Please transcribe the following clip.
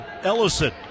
Ellison